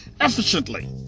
efficiently